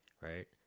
right